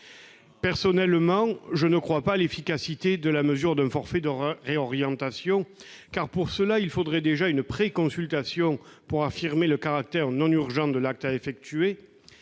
Personnellement, je ne crois pas à l'efficacité de la mesure d'un forfait de réorientation, car il faudrait déjà une préconsultation pour affirmer le caractère non urgent de l'acte à effectuer.